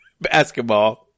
basketball